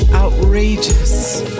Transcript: outrageous